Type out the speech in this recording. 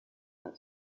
that